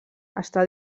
està